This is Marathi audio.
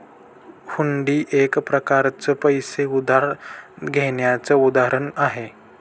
हुंडी एक प्रकारच पैसे उधार घेण्याचं उदाहरण आहे